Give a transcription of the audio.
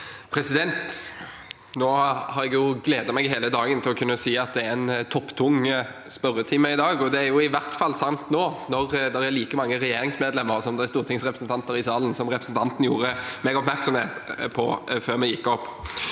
Jeg har gledet meg hele dagen til å kunne si at det er en topptung spørretime i dag, og det er i hvert fall sant nå, når det er like mange regjeringsmedlemmer som det er stortingsrepresentanter i salen, som representanten gjorde meg oppmerksom på før vi gikk opp.